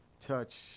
touch